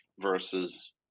Versus